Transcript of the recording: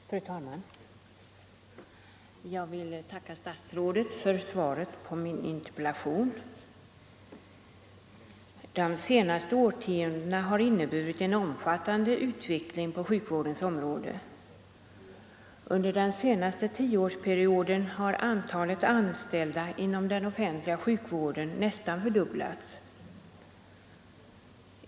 Fru talman! Jag vill tacka statsrådet för svaret på min interpellation. De senaste årtiondena har inneburit en omfattande utveckling på sjukvårdens område. Under den senaste tioårsperioden har antalet anställda inom den offentliga sjukvården nästan fördubblats.